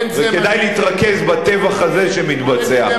וכדאי להתרכז בטבח הזה שמתבצע,